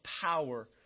power